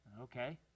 Okay